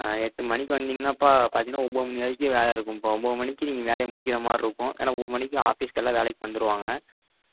ஆ எட்டு மணிக்கு வந்திங்கன்னாப்பா பார்த்தீங்கன்னா ஒம்பது மணி வரைக்கும் வேலை இருக்கும்ப்பா ஒம்பது மணிக்கு நீங்கள் வேலையை முடிக்கிற மாதிரி இருக்கும் ஏன்னால் ஒம்பது மணிக்கு ஆஃபீஸ்க்கு எல்லாம் வேலைக்கு வந்துடுவாங்க